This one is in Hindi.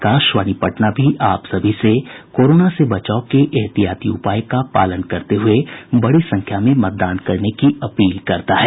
आकाशवाणी पटना भी आप सभी से कोरोना से बचाव के एहतियाती उपाय का पालन करते हुये बड़ी संख्या में मतदान करने की अपील करता है